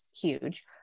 huge